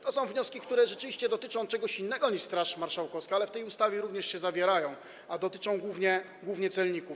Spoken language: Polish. To są wnioski, które rzeczywiście dotyczą czegoś innego niż Straż Marszałkowska, ale w tej ustawie również się zawierają, a dotyczą głównie celników.